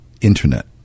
internet